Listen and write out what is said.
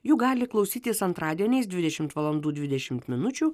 jų gali klausytis antradieniais dvidešim valandų dvidešim minučių